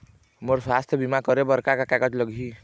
मोर स्वस्थ बीमा करे बर का का कागज लगही?